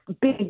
big